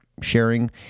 sharing